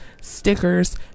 stickers